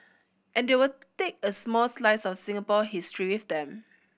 and they will take a small slice of Singapore history with them